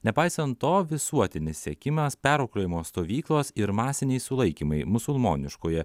nepaisant to visuotinis sekimas perauklėjimo stovyklos ir masiniai sulaikymai musulmoniškoje